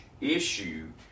issue